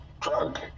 drug